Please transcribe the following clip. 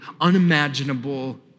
unimaginable